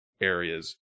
areas